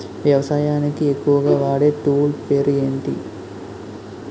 వ్యవసాయానికి ఎక్కువుగా వాడే టూల్ పేరు ఏంటి?